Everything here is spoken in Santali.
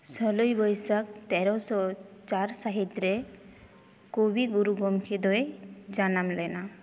ᱥᱳᱞᱳᱭ ᱵᱟᱹᱭᱥᱟᱹᱠᱷ ᱛᱮᱨᱳᱥᱚ ᱪᱟᱨ ᱥᱟᱹᱦᱤᱛ ᱨᱮ ᱠᱚᱵᱤ ᱜᱩᱨᱩ ᱜᱚᱢᱠᱮ ᱫᱚᱭ ᱡᱟᱱᱟᱢ ᱞᱮᱱᱟ